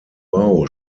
bau